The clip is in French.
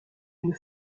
une